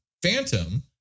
Phantom